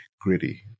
gritty